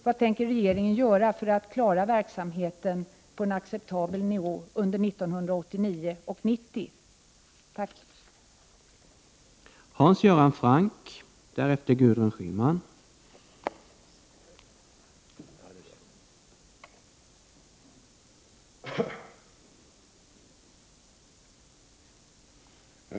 Vad tänker regeringen göra för att klara verksamheten på en acceptabel nivå under 1989 och 1990?